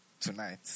tonight